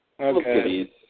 Okay